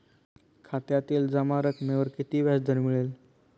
खात्यातील जमा रकमेवर किती व्याजदर मिळेल?